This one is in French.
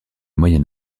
moyen